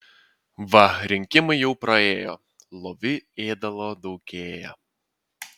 va rinkimai jau praėjo lovy ėdalo daugėja